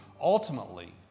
Ultimately